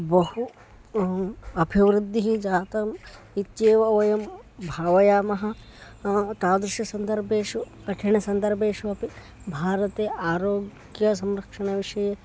बहु अभिवृद्धिः जाता इत्येव वयं भावयामः तादृश सन्दर्भेषु कठिणसन्दर्भेषु अपि भारते आरोग्यसंरक्षणविषये